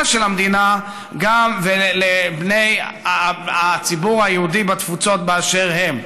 של המדינה גם לבני הציבור היהודי בתפוצות באשר הם,